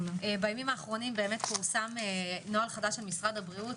בימים האחרונים פורסם נוהל חדש של משרד הבריאות